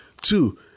Two